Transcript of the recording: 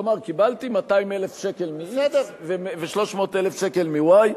לומר: קיבלתי 200,000 שקל מ-x ו-300,000 שקל מ-y.